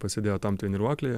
pasėdėjo tam treniruoklyje